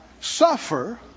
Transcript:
suffer